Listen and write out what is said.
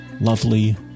lovely